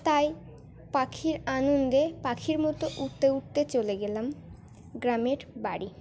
তাই পাখির আনন্দে পাখির মতো উঠতে উঠতে চলে গেলাম গ্রামের বাড়ি